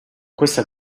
questa